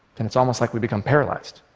it's almost like we become paralyzed.